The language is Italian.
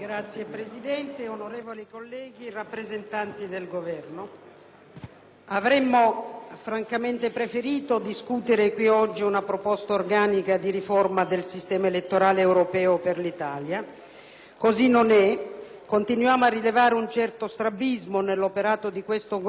avremmo francamente preferito discutere qui oggi una proposta organica di riforma del sistema elettorale europeo per l'Italia. Così non è. Continuiamo a rilevare un certo strabismo nell'operato di questo Governo, che non riesce mai a presentarci progetti organici di riforma.